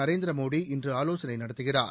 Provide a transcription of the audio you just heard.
நரேந்திர மோடி இன்று ஆவோசனை நடத்துகிறார்